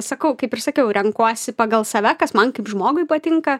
sakau kaip ir sakiau renkuosi pagal save kas man kaip žmogui patinka